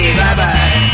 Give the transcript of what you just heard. bye-bye